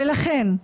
ולכן,